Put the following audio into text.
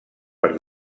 per